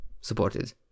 supported